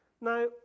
Now